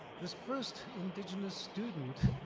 this first indigenous student,